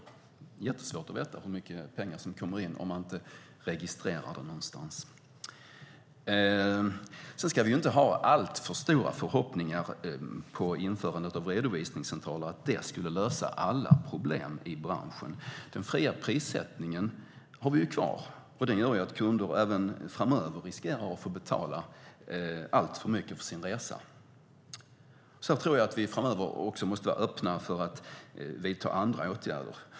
Det är jättesvårt att veta hur mycket pengar som kommer in om det inte registreras någonstans. Sedan ska vi inte ha alltför stora förhoppningar på införandet av redovisningscentraler och tro att det skulle lösa alla problem i branschen. Den fria prissättningen har vi ju kvar, och den gör att kunder även framöver riskerar att få betala alltför mycket för sin resa. Jag tror att vi också framöver måste vara öppna för att vidta andra åtgärder.